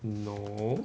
no